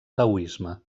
taoisme